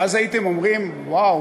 ואז הייתם אומרים: וואו,